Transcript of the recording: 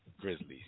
Grizzlies